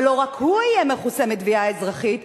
אבל לא רק הוא יהיה מכוסה מתביעה אזרחית,